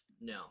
No